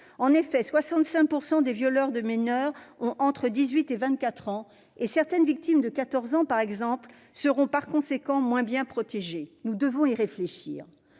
En effet, 65 % des violeurs de mineur ont entre 18 ans et 24 ans et certaines victimes de 14 ans, par exemple, seront par conséquent moins bien protégées. Nous devons y réfléchir.